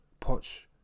Poch